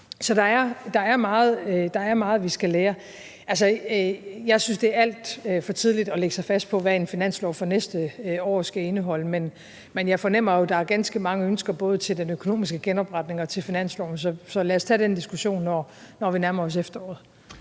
Så der er meget, vi skal lære. Jeg synes, det er alt for tidligt at lægge sig fast på, hvad en finanslov for næste år skal indeholde, men jeg fornemmer jo, at der er ganske mange ønsker både til den økonomiske genopretning og til finansloven. Så lad os tage den diskussion, når vi nærmer os efteråret.